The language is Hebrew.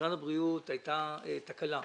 הייתה תקלה.